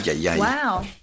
Wow